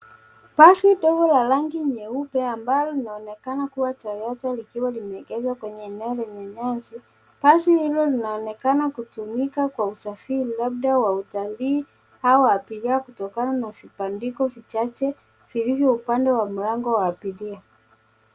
Basi ndogo la rangi nyeupe linalo onekana kuwa Toyota likiwa limeegezwa kwenye eneo lenye nyasi, basi hilo linaonekana kutumika kwa usafiri, labda wa utalii au, abiria kutokana na vibandiko vichache vilivyo upande wa mlango wa abiria.